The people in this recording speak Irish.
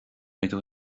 mbeidh